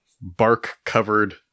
bark-covered